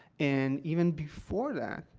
and even before that,